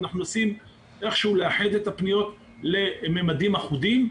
אנחנו מנסים לאחד את הפניות לממדים אחודים,